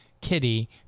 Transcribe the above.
Kitty